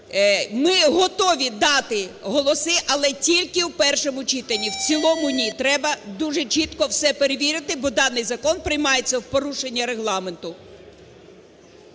Ми готові дати голоси, але тільки у першому читанні. В цілому – ні. Треба дуже чітко все перевірити, бо даний закон приймається в порушення Регламенту.